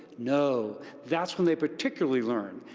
no, that's when they particularly learn.